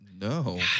No